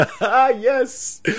Yes